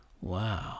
Wow